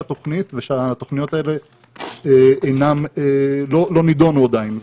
תוכניות ושהתוכניות האלה לא נידונו עדיין.